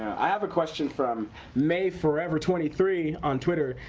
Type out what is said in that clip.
i have a question from made forever twenty three on twitter.